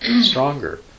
stronger